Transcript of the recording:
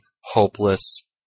hopeless